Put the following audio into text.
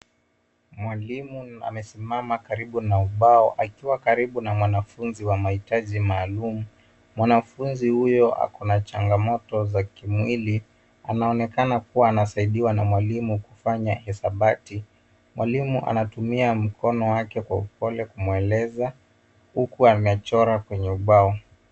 Mwalimu amesimama karibu na ubao akiwa karibu na mwanafunzi wa mahitaji maalumu. Mwanafunzi huyo ako na changamoto za kimwili. Anaonekana kua anasaidiwa na mwalimu kufanya hisabati. Mwalimu anatumia mkono wake kwa upole kumweleza, huku anachora kwenye ubao.